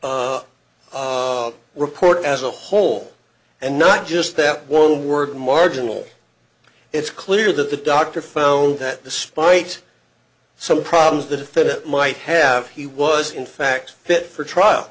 a report as a whole and not just that one word marginal it's clear that the doctor found that despite some problems that if it might have he was in fact fit for trial